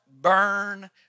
burn